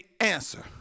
answer